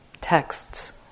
texts